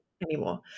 anymore